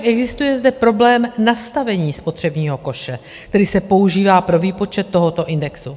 Avšak existuje zde problém nastavení spotřebního koše, který se používá pro výpočet tohoto indexu.